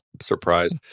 Surprise